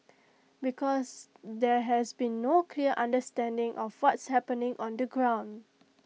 because there has been no clear understanding of what's happening on the ground